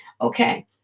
Okay